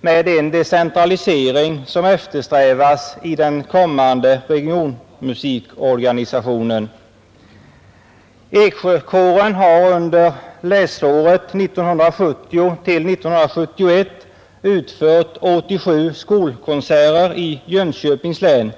med den decentralisering som eftersträvas i den kommande regionmusikorganisationen. Eksjökåren har under läsåret 1970/71 utfört 87 skolkonserter i Jönköpings län.